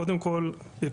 קודם כל עקרונית,